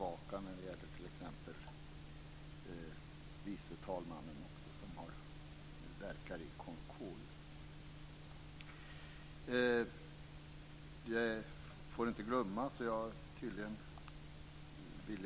Jag kan också instämma i det som han har harangerat tillbaka när det gäller t.ex. förste vice talmannen som verkar i konstitutionsutskottet.